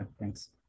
Thanks